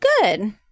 good